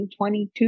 2022